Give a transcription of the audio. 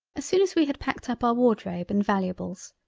as soon as we had packed up our wardrobe and valuables,